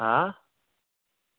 آ